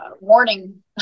warning